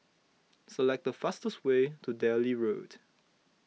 select the fastest way to Delhi Road